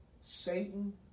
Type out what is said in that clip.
Satan